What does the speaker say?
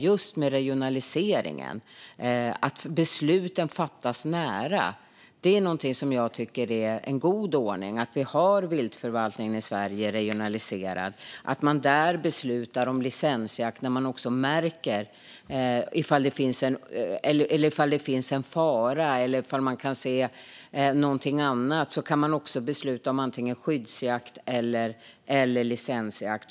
Att besluten fattas nära tycker jag är en god ordning - att vi har viltförvaltningen i Sverige regionaliserad och att man där beslutar om licensjakt. Om man märker att det finns en fara eller om man kan se någonting annat kan man besluta om antingen skyddsjakt eller licensjakt.